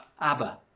Abba